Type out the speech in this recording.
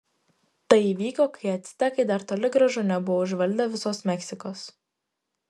tai įvyko kai actekai dar toli gražu nebuvo užvaldę visos meksikos